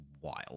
wild